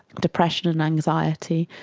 depression and anxiety.